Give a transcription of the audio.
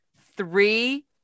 Three